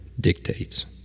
dictates